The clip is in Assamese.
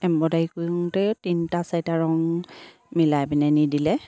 এম্ব্ৰইডাৰী কৰোতে তিনিটা চাৰিটা ৰং মিলাই পিনে নিদিলে